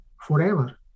forever